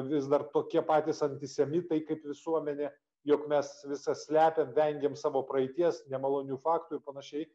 vis dar tokie patys antisemitai kaip visuomenė jog mes visa slepiam vengiam savo praeities nemalonių faktų i panašiai